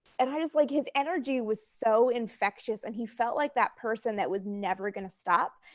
and i was like, his energy was so infectious. and he felt like that person that was never going to stop.